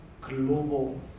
global